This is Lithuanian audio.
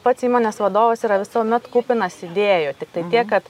pats įmonės vadovas yra visuomet kupinas idėjų tiktai tiek kad